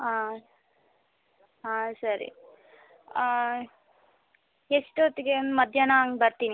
ಹಾಂ ಹಾಂ ಸರಿ ಎಷ್ಟೊತ್ತಿಗೆ ಒಂದು ಮಧ್ಯಾಹ್ನ ಹಾಗ್ ಬರ್ತೀನಿ